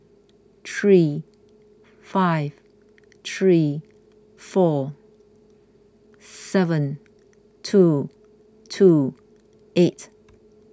three five three four seven two two eight